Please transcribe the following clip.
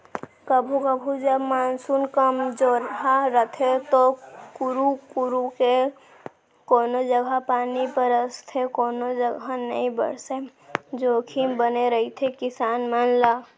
कभू कभू जब मानसून कमजोरहा रथे तो करू करू के कोनों जघा पानी बरसथे कोनो जघा नइ बरसय जोखिम बने रहिथे किसान मन ला